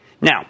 Now